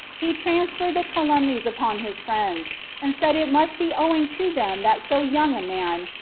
he transferred the calumnies upon his friends and said it must be owing to them that so young a man,